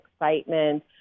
excitement